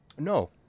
No